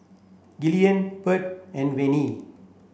Gillian Bird and Venie